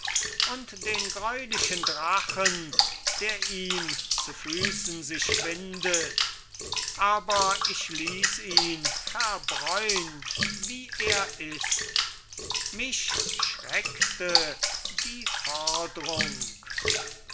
und den greulichen drachen der ihm zu füßen sich windet aber ich ließ ihn verbräunt wie er ist mich schreckte die fordrung